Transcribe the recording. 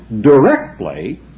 directly